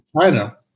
China